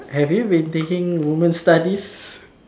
have you been taking woman studies